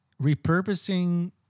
repurposing